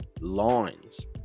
lines